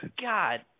God